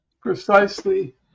precisely